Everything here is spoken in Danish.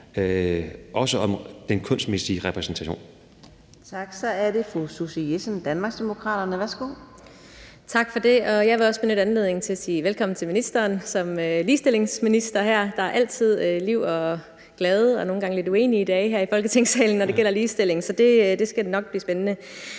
16:24 Anden næstformand (Karina Adsbøl): Tak. Så er det fru Susie Jessen, Danmarksdemokraterne. Værsgo. Kl. 16:24 Susie Jessen (DD): Tak for det. Jeg vil også benytte anledningen til at sige velkommen til ministeren som ligestillingsminister her. Der er altid liv og glade – og nogle gange lidt uenige – dage her i Folketingssalen, når det gælder ligestilling, så det skal nok blive spændende.